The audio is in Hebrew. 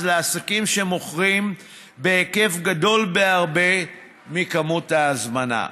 לעסקים שמוכרים בהיקף גדול בהרבה מכמות ההזמנה.